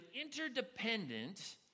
interdependent